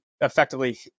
effectively